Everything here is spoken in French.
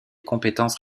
compétences